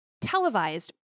televised